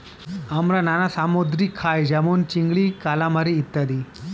আমরা নানা সামুদ্রিক খাই যেমন চিংড়ি, কালামারী ইত্যাদি